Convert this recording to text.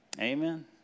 Amen